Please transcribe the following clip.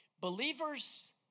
believers